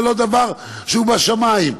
זה לא דבר שהוא בשמים,